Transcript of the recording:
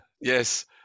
yes